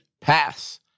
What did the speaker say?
pass